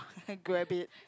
like grab it